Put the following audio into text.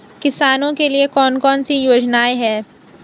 किसानों के लिए कौन कौन सी योजनाएं हैं?